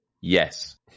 yes